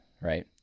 right